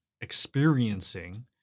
experiencing